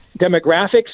demographics